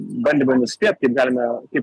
bandymai nuspėt kaip galime kaip